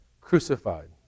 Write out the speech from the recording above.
crucified